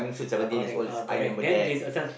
ah correct ah correct then uh this this one